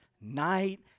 night